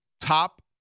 top